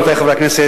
רבותי חברי הכנסת,